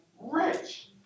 rich